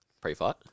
pre-fight